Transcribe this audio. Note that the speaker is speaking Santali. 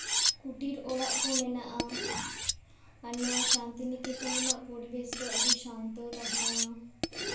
ᱠᱩᱴᱤᱨ ᱚᱲᱟᱜ ᱠᱚ ᱢᱮᱱᱟᱜᱼᱟ ᱟᱨ ᱱᱚᱣᱟ ᱥᱟᱱᱛᱤᱱᱤᱠᱮᱛᱚᱱ ᱨᱮᱱᱟᱜ ᱯᱚᱨᱤᱵᱮᱥ ᱫᱚ ᱟᱹᱰᱤ ᱥᱟᱱᱛᱚ ᱛᱟᱦᱮᱱᱟ